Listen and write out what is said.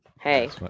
Hey